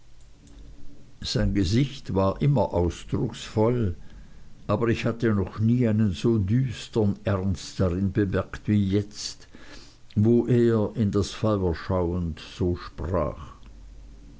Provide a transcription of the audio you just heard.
sein gesicht war immer ausdrucksvoll aber ich hatte noch nie einen so düstern ernst darin bemerkt wie jetzt wo er in das feuer schauend so sprach